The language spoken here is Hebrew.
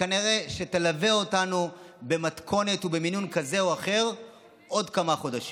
וכנראה תלווה אותנו במתכונת ובמינון כזה או אחר עוד כמה חודשים,